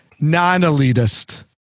non-elitist